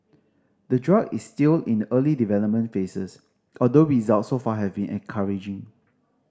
the drug is still in the early development phases although results so far have been encouraging